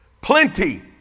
Plenty